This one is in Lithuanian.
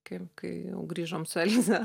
kaip kai jau grįžom su elze